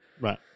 right